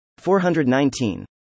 419